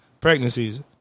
pregnancies